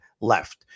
left